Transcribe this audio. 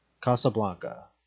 Casablanca